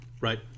Right